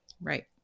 Right